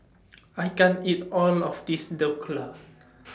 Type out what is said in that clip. I can't eat All of This Dhokla